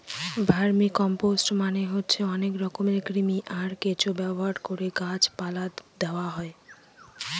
vermicompost মানে হচ্ছে অনেক রকমের কৃমি, আর কেঁচো ব্যবহার করে গাছ পালায় দেওয়া হয়